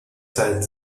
zeit